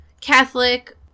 Catholic